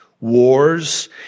wars